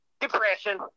depression